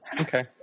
Okay